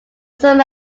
some